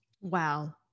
Wow